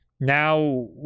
now